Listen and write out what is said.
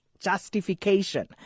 justification